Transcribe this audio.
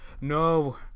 no